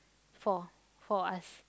four four of us